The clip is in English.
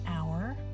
hour